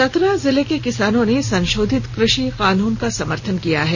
चतरा जिले के किसानों ने संशोधित कृषि कानून का समर्थन किया है